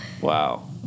Wow